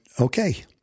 okay